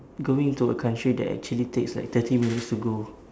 going to a country that actually takes like thirty minutes to go